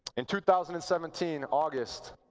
in two thousand and seventeen, august,